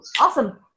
awesome